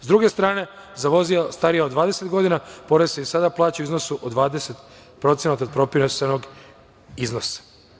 Sa druge strane, za vozila starija od 20 godina porez se i sada plaća u iznosu od 20% od propisanog iznosa.